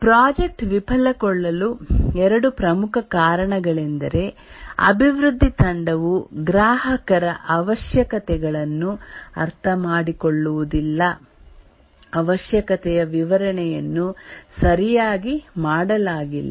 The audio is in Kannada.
ಪ್ರಾಜೆಕ್ಟ್ ವಿಫಲಗೊಳ್ಳಲು ಎರಡು ಪ್ರಮುಖ ಕಾರಣಗಳೆಂದರೆ ಅಭಿವೃದ್ಧಿ ತಂಡವು ಗ್ರಾಹಕರ ಅವಶ್ಯಕತೆಗಳನ್ನು ಅರ್ಥಮಾಡಿಕೊಳ್ಳುವುದಿಲ್ಲ ಅವಶ್ಯಕತೆಯ ವಿವರಣೆಯನ್ನು ಸರಿಯಾಗಿ ಮಾಡಲಾಗಿಲ್ಲ